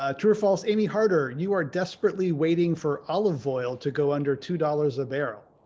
ah true or false amy harder, you are desperately waiting for olive oil to go under two dollars a barrel.